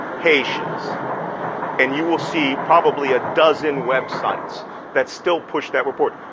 haitians and you will see probably a dozen websites that still push that report.